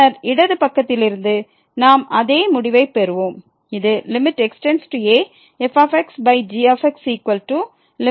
பின்னர் இடது பக்கத்தில் இருந்து நாம் அதே முடிவைப் பெறுவோம் இது fg x→a fg ஆகும்